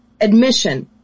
admission